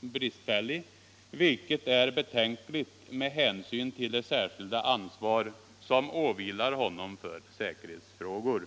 bristfällig, vilket är betänkligt med hänsyn till det särskilda ansvar som åvilar honom för säkerhetsfrågor.